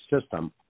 system